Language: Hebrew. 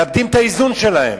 מאבדים את האיזון שלהם.